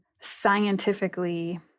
scientifically